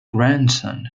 grandson